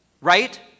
right